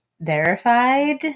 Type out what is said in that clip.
verified